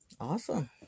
Awesome